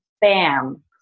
bam